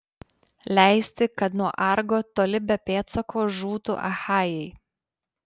leisti kad nuo argo toli be pėdsako žūtų achajai